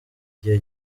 gihe